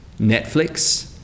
Netflix